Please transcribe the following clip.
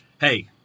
Hey